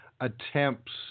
attempts